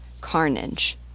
carnage